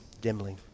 dimly